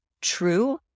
true